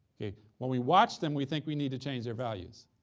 okay? when we watch them we think we need to change their values,